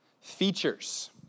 features